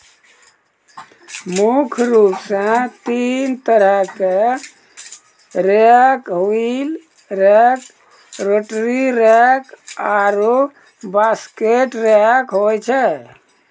मुख्य रूप सें तीन तरहो क rake wheel rake, rotary rake आरु बास्केट रेक होय छै